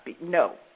no